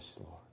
Lord